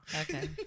Okay